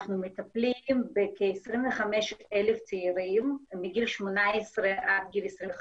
אנחנו מטפלים בכ-25,000 צעירים מגיל 18 עד גיל 25